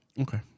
Okay